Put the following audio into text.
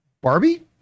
Barbie